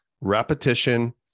repetition